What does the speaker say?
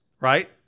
right